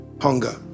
Hunger